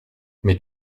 mais